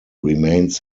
remains